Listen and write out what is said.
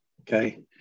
Okay